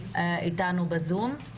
איתנו בזום.